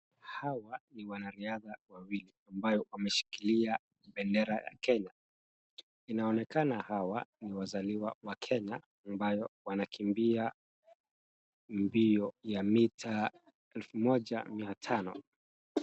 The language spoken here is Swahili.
Hawa ni wanariadha wawili ambayo wameshikilia bendera la Kenya. Inaonekana hawa ni wazaliwa wa Kenya ambayo wanakimbia mbio ya mita elfu moja mia tano.